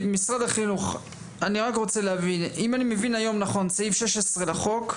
משרד החינוך, אם אני מבין היום, סעיף 16 לחוק: